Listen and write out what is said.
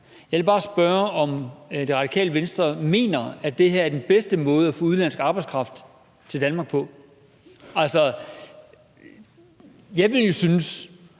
Jeg vil bare spørge, om Det Radikale Venstre mener, at det her er den bedste måde at få udenlandsk arbejdskraft til Danmark på. Jeg ville jo synes,